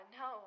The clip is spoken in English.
no